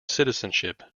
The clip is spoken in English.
citizenship